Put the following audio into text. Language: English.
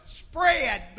spread